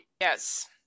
yes